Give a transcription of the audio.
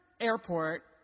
airport